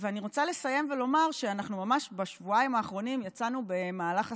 ואני רוצה לסיים ולומר שאנחנו ממש בשבועיים האחרונים יצאנו במהלך הסברה,